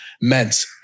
meant